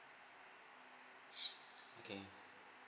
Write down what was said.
okay